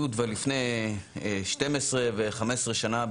לפני 12 ו-15 שנה,